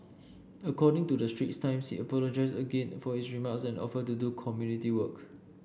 according to the Straits Times he apologised again for his remarks and offered to do community work